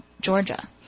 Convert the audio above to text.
Georgia